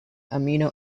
amino